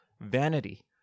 vanity